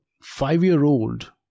five-year-old